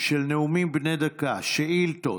של נאומים בני דקה, שאילתות,